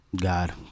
God